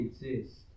exist